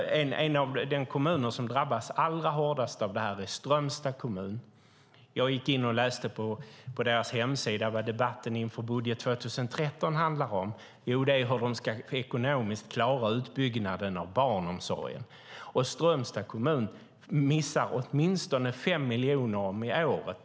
En av de kommuner som drabbas allra hårdast av detta är Strömstads kommun. Jag har läst på deras hemsida vad debatten inför budgeten 2013 handlar om. Det är hur man ekonomiskt ska klara utbyggnaden av barnomsorgen. Strömstads kommun missar åtminstone 5 miljoner om året.